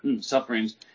sufferings